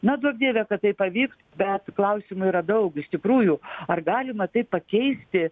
na duok dieve kad tai pavyks bet klausimų yra daug iš tikrųjų ar galima taip pakeisti